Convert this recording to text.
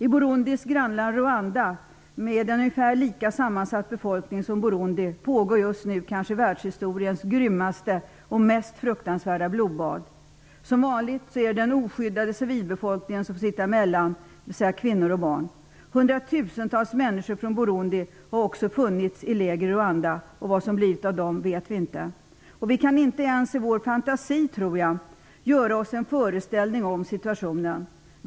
I Burundis grannland Rwanda, med en ungefär likadant sammansatt befolkning som i Burundi, pågår just nu kanske världshistoriens grymmaste och mest fruktansvärda blodbad. Som vanligt är det den oskyddade civilbefolkningen som får sitta emellan, dvs. kvinnor och barn. Hundratusentals människor från Burundi har också funnits i läger i Rwanda. Vad som blivit av dem vet vi inte. Vi kan inte ens i vår fantasi, tror jag, göra oss en föreställning om situationen.